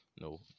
no